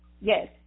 yes